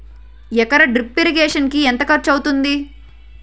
ఎకర drip irrigation కి ఎంత ఖర్చు అవుతుంది?